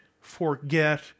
forget